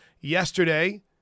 Yesterday